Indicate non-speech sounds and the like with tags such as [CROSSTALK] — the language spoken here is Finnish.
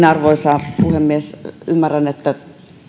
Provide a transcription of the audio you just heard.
[UNINTELLIGIBLE] arvoisa puhemies ymmärrän että